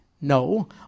No